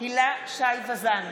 הילה שי וזאן,